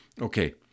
Okay